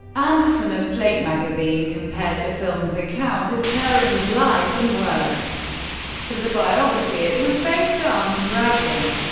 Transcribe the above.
anderson of slate magazine compared the film's account of turing's life and work to the biography it was based on, writing,